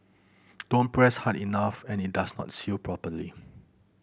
don't press hard enough and it does not seal properly